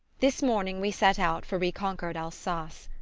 this morning we set out for reconquered alsace.